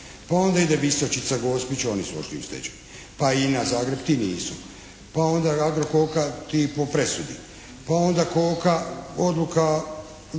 Pa onda ide "Visočica" Gospić oni su otišli u stečaj, pa INA Zagreb ti nisu, pa onda "Agrokoka" ti po presudi, pa onda "Koka" odluka